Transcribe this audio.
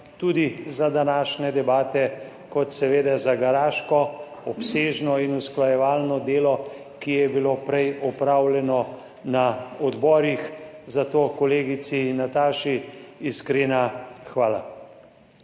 tudi za današnje debate ter seveda za garaško, obsežno in usklajevalno delo, ki je bilo prej opravljeno na odborih. Za to kolegici in Nataši iskrena hvala.